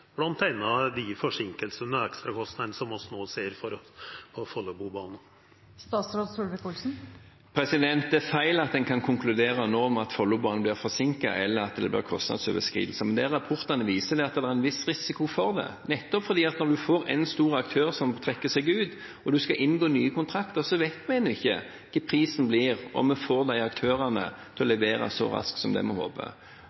og ekstrakostnadene som vi no ser for Follobana? Det er feil at en nå kan konkludere med at Follobanen blir forsinket, eller at det blir kostnadsoverskridelser. Men det rapportene viser, er at det er en viss risiko for det. Nettopp fordi det nå er én stor aktør som trekker seg ut, og en skal inngå nye kontrakter, vet vi ennå ikke hva prisen blir, og om vi får aktørene til å